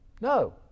No